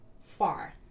far